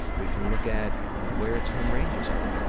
we can look at where its home ranges are.